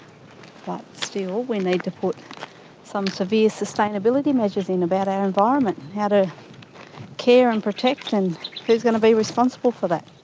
still we need to put some severe sustainability measures in about our environment, how to care and protect and who is going to be responsible for that?